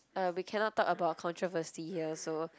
uh we cannot talk about controversy here so